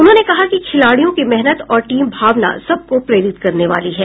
उन्होंने कहा कि खिलाडियों की मेहनत और टीम भावना सबको प्रेरित करने वाली है